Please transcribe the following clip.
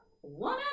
One